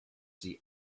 see